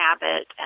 habit